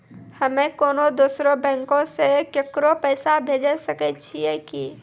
हम्मे कोनो दोसरो बैंको से केकरो पैसा भेजै सकै छियै कि?